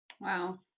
Wow